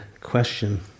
question